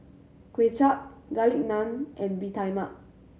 Kuay Chap Garlic Naan and Bee Tai Mak